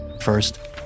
First